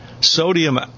sodium